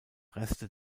reste